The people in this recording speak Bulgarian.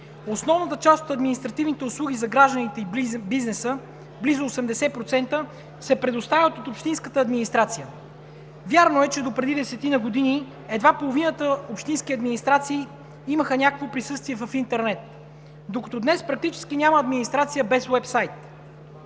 Основната част от административните услуги за гражданите и бизнеса, близо 80%, се предоставят от общинската администрация. Вярно е, че допреди десетина година едва половината общински администрации имаха някакво присъствие в интернет, докато днес практически няма администрация без уеб сайт.